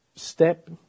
step